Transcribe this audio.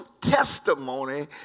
testimony